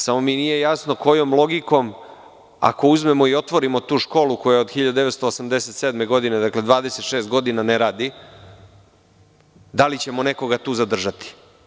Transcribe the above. Samo mi nije jasno kojom logikom, ako uzmemo i otvorimo tu školu koja od 1987. godine, dakle 26 godina ne radi, da li ćemo nekoga tu zadržati?